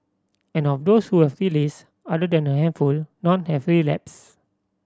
and of those who have released other than a handful none have relapsed